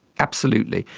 absolutely.